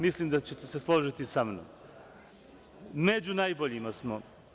Mislim da ćete se složiti sa mnom, među najboljima smo.